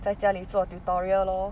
在家里做 tutorial lor